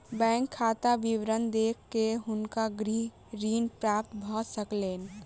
bank खाता विवरण देख के हुनका गृह ऋण प्राप्त भ सकलैन